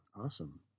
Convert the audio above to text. Awesome